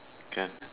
can